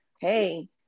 hey